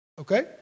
okay